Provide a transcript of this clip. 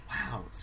Wow